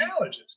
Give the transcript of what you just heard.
allergist